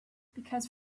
because